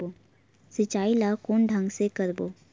सिंचाई ल कोन ढंग से करबो?